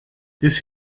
this